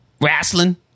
Wrestling